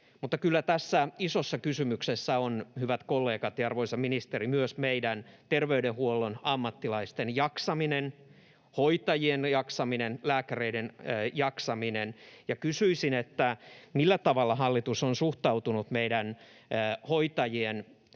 Mutta kyllä tässä isossa kysymyksessä on, hyvät kollegat ja arvoisa ministeri, myös meidän terveydenhuollon ammattilaisten jaksaminen, hoitajiemme jaksaminen, lääkäreiden jaksaminen. Ja kysyisin: millä tavalla hallitus on suhtautunut meidän hoitajien toiveeseen,